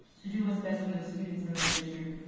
to do what's best for the students and the district.